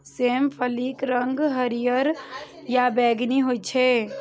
सेम फलीक रंग हरियर आ बैंगनी होइ छै